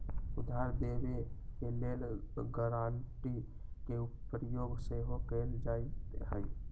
उधार देबऐ के लेल गराँटी के प्रयोग सेहो कएल जाइत हइ